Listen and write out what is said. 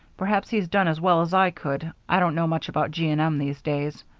perhaps he's done as well as i could. i don't know much about g. and m. these days.